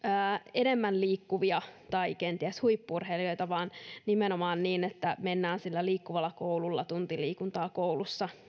enemmän liikkuvia tai kenties huippu urheilijoita vaan nimenomaan niin että mennään sillä liikkuvalla koululla tunnilla liikuntaa koulussa